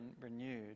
renewed